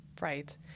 Right